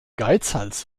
geizhals